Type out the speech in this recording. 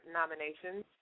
nominations